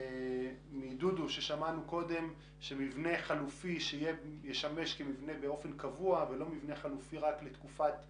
זה שעדיף שיהיה מבנה חלופי שישמש כמבנה קבע ולא רק לתקופת חירום.